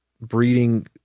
breeding